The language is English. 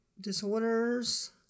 disorders